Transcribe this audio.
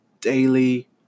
daily